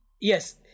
Yes